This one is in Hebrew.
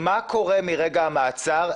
מה קורה מרגע המעצר,